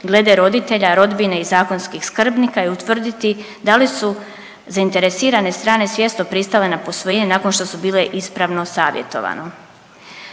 glede roditelja, rodbine i zakonskih skrbnika i utvrditi da li su zainteresirane strane svjesno pristale na posvojenje nakon što su bile ispravno savjetovano,